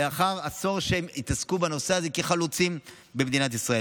לאחר עשור שהם התעסקו בנושא הזה כחלוצים במדינת ישראל.